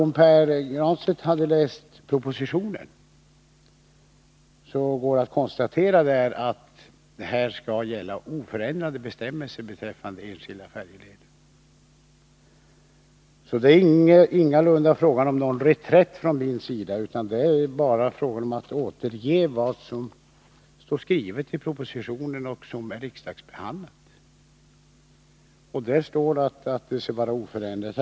Om Pär Granstedt hade läst propositionen, hade han kunnat konstatera att oförändrade bestämmelser skall gälla beträffande enskilda färjeleder. Det är alltså ingalunda fråga om någon reträtt från min sida utan bara om att återge vad som står skrivet i propositionen och i utskottsbetänkandet i samband med riksdagens behandling av den. Där står det att statsbidraget skall vara oförändrat.